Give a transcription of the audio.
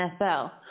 nfl